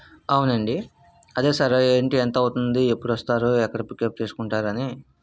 అవునండి అదే సార్ ఏంటి ఎంత అవుతుంది ఎప్పుడు వస్తారు ఎక్కడ పికప్ చేసుకుంటారు అని